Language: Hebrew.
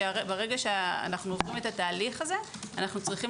שברגע שאנו עוברים את התהליך הזה אנחנו צריכים